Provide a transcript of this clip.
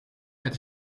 het